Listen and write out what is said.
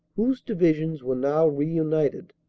whose divisions were now reunited.